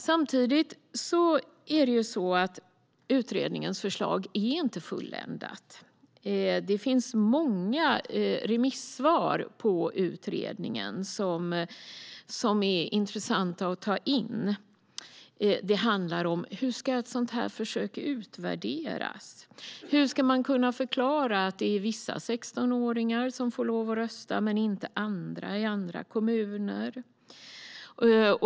Samtidigt är inte utredningens förslag fulländat. Det finns många remissvar som är intressanta att ta in. Det handlar om hur ett sådant här försök ska utvärderas. Hur ska man kunna förklara att det är vissa 16-åringar som får lov att rösta men inte andra i andra kommuner?